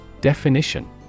Definition